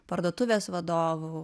parduotuvės vadovų